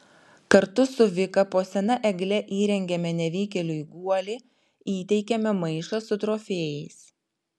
kartu su vika po sena egle įrengiame nevykėliui guolį įteikiame maišą su trofėjais